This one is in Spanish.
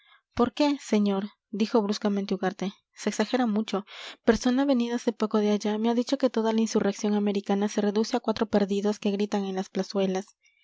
por qué señor dijo bruscamente ugarte se exagera mucho persona venida hace poco de allá me ha dicho que toda la insurrección americana se reduce a cuatro perdidos que gritan en las